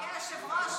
אדוני היושב-ראש,